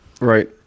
Right